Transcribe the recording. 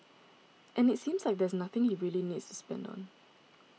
and it seems like there's nothing he really needs to spend on